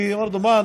כי אמרנו: מה,